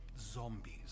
zombies